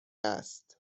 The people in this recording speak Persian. است